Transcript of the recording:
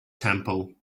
temple